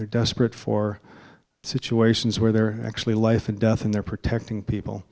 they're desperate for situations where they're actually life and death and they're protecting people